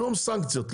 שום סנקציות,